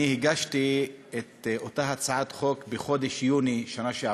אני הגשתי את אותה הצעת חוק בחודש יוני בשנה שעברה,